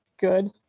good